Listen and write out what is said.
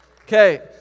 Okay